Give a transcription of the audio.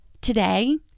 Today